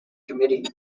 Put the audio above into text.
committee